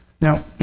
Now